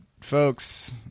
folks